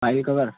file cover